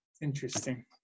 interesting